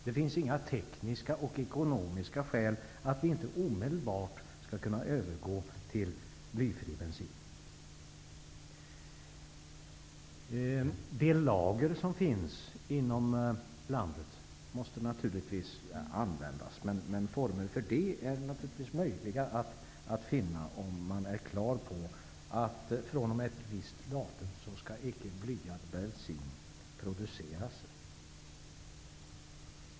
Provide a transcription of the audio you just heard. Det finns inga tekniska och ekonomiska skäl för att inte omedelbart övergå till blyfri bensin. Det lager som finns i landet måste naturligtvis användas, men former för detta är möjliga att finna om man är klar över att blyad bensin icke skall produceras från ett visst datum.